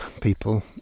people